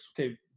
okay